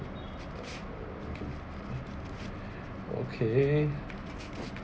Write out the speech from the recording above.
okay